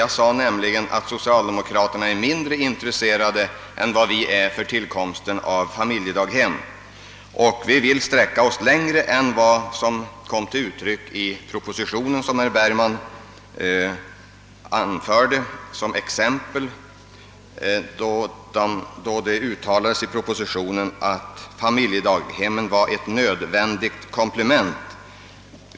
Jag sade nämligen att socialdemokraterna synes vara mindre intresserade än vi är av tillkomsten av familjedaghem, Vi vill sträcka oss längre än man gjorde i den proposition som herr Bergman anförde som exempel, där det uttalades att familjedaghemmen var ett nödvändigt komplement.